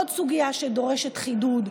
עוד סוגיה שדורשת חידוד,